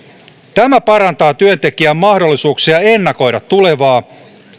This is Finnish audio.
tämä parantaa työntekijän mahdollisuuksia ennakoida tulevaa